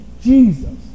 Jesus